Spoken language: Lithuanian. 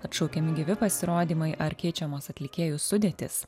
atšaukiami gyvi pasirodymai ar keičiamos atlikėjų sudėtys